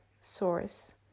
source